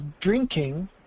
drinking